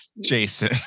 Jason